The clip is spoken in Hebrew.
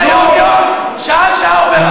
אתה יום-יום שעה-שעה עובר על החוק.